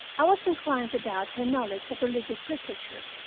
i was inclined to doubt her knowledge of religious literature.